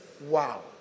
Wow